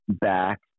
back